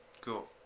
Cool